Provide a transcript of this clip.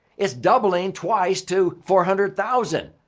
it's doubling twice to four hundred thousand.